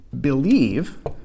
believe